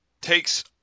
takes